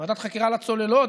ועדת חקירה על הצוללות,